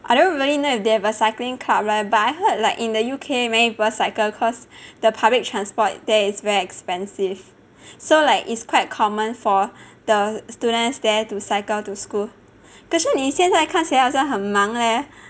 I don't really know if they have a cycling club [right] but I heard like in the U_K many people cycle cause the public transport there is very expensive so like it's quite common for the students there to cycle to school 可是你现在看起来好像很忙咧